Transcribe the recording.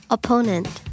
Opponent